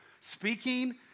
speaking